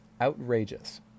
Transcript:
outrageous